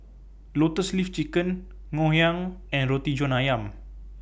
Lotus Leaf Chicken Ngoh Hiang and Roti John Ayam